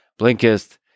Blinkist